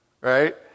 Right